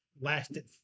lasted